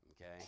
Okay